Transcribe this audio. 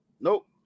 Nope